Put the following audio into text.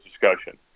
discussion